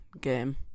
game